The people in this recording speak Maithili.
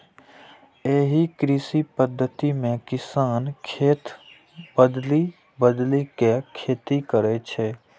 एहि कृषि पद्धति मे किसान खेत बदलि बदलि के खेती करै छै